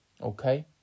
Okay